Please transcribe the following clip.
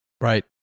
Right